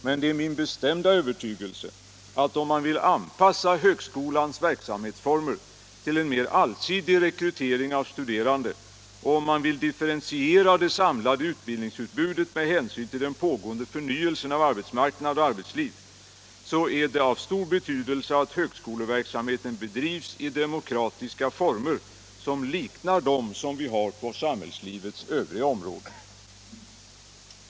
Men det är min bestämda övertygelse att om man vill anpassa högskolans verksamhetsformer till en mer allsidig rekrytering av studerande och om man vill differentiera det samlade utbildningsutbudet med hänsyn till den pågående förnyelsen av arbetsmarknad och arbetsliv, så är det av stor betydelse att högskoleverksamheten bedrivs i demokratiska former som liknar dem som vi har på samhällslivets övriga områden.